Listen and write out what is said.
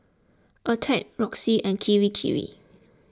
Attack Roxy and Kirei Kirei